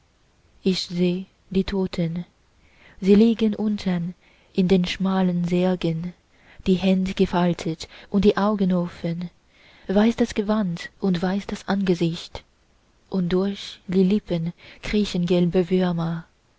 ich seh die toten sie liegen unten in den schmalen särgen die händ gefaltet und die augen offen weiß das gewand und weiß das angesicht und durch die lippen kriechen gelbe würmer